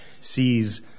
sees